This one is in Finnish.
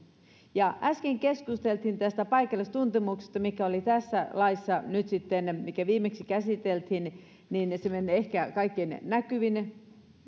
äsken keskusteltiin tästä paikallistuntemuksesta mikä oli nyt sitten tässä laissa mikä viimeksi käsiteltiin semmoinen ehkä kaikkein näkyvin ja